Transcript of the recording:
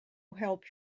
helped